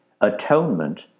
atonement